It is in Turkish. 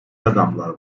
adamlar